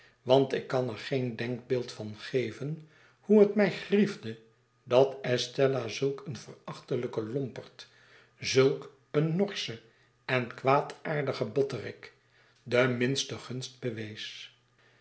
want ik kan er geen denkbeeld van geven hoe het mij griefde dat estella zulk een verachtelijken lomperd zulk een norschen en kwaadaardigeri botterik de minste gunst bewees